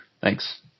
Thanks